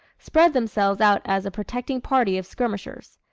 spread themselves out as a protecting party of skirmishers.